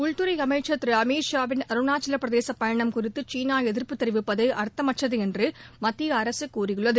உள்துறை அமைச்சா் திரு அமித்ஷா வின் அருணாச்சல பிரதேச பயணம் குறித்து சீனா எதிா்ப்பு தெரிவிப்பது அர்த்தமற்றது என்று மத்திய அரசு கூறியுள்ளது